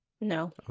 No